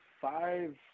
five